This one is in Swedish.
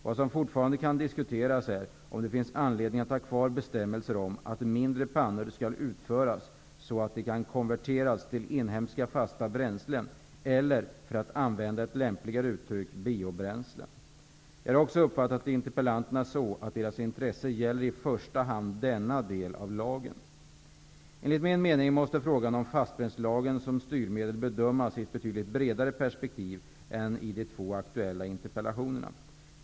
Vad som fortfarande kan diskuteras är om det finns anledning att ha kvar bestämmelser om att mindre pannor skall utföras så att de kan konverteras till inhemska fasta bränslen eller -- för att använda ett lämpligare uttryck -- biobränslen. Jag har också uppfattat interpellanterna så, att deras intresse i första hand gäller denna del av lagen. Enligt min mening måste frågan om fastbränslelagen som styrmedel bedömas i ett betydligt bredare perspektiv än som sker i de två aktuella interpellationerna.